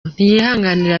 ntiyihanganira